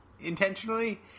intentionally